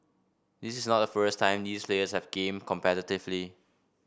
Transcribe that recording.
this is not the first time these players have gamed competitively